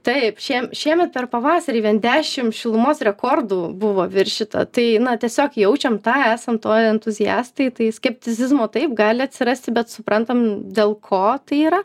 taip šie šiemet per pavasarį vien dešimt šilumos rekordų buvo viršyta tai tiesiog jaučiam tą esam to entuziastai tai skeptizizmo taip gali atsirasti bet suprantam dėl ko tai yra